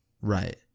right